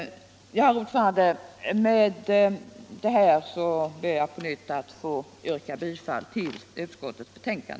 Herr talman! Med detta ber jag på nytt att få vrka bifall till utskottets hemstillan.